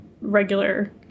regular